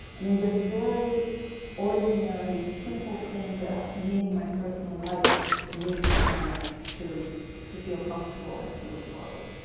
i mean just very ordinary, simple things that ah me in my personal life needed to know to to feel comfortable and to move forward.